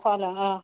অঁ